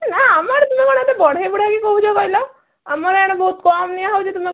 ନା ଆମ ଆଡ଼େ ତ ଏତେ ବଢ଼େଇ ବୁଢ଼ାଇକି କହୁଛ କହିଲ ଆମେ ଆଡ଼େ ବହୁତ କମ୍ ନିଆ ହଉଛି ତୁମେ